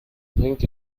think